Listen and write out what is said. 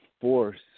force